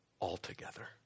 altogether